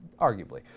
arguably